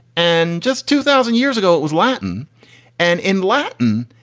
and just two thousand years ago it was latin and in latin,